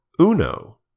Uno